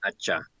Acha